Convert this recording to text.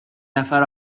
نفر